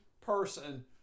person